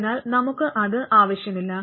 അതിനാൽ നമുക്ക് അത് ആവശ്യമില്ല